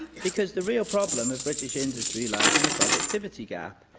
because the real problem of british industry lies in the productivity gap,